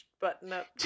button-up